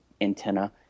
antenna